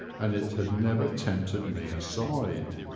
and it had never tempted me aside.